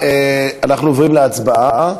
אנחנו עוברים להצבעה.